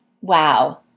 wow